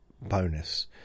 Bonus